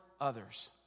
others